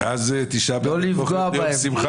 לא לפגוע בהם.